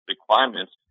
requirements